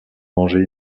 manger